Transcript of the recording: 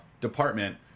department